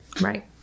right